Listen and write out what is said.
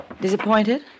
Disappointed